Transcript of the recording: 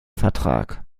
vertrag